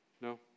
No